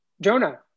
Jonah